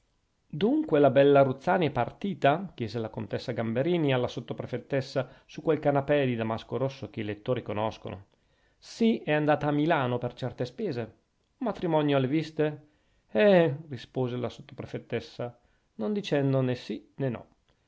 dunque la bella ruzzani è partita chiese la contessa gamberini alla sottoprefettessa su quel canapè di damasco rosso che i lettori conoscono sì è andata a milano per certe spese un matrimonio alle viste eh rispose la sottoprefettessa non dicendo nè sì nè no